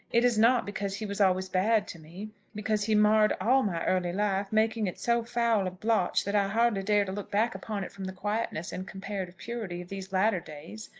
it is not because he was always bad to me because he marred all my early life, making it so foul a blotch that i hardly dare to look back upon it from the quietness and comparative purity of these latter days.